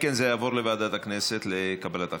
אם כן, זה יעבור לוועדת הכנסת לקבלת החלטה.